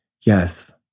yes